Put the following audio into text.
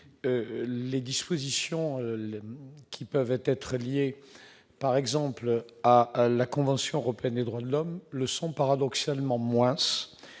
les dispositions qui peuvent être être liés par exemple à la Convention européenne des droits de l'homme, le sont paradoxalement moins